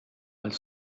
als